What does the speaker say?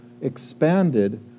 expanded